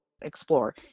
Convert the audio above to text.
explore